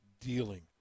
dealing